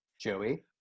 Joey